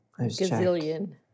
gazillion